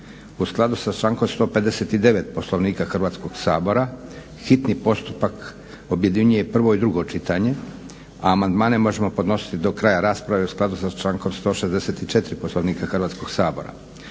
U skladu sa člankom 159. Poslovnika Hrvatskog sabora hitni postupak objedinjuje prvo i drugo čitanje, a amandmane možemo podnositi do kraja rasprave u skladu sa člankom 164. Poslovnika Hrvatskog sabora.